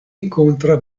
incontra